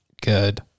good